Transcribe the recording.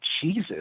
Jesus